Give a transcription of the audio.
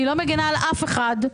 אני לא מגינה על אף אחד.